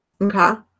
Okay